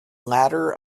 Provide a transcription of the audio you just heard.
ladder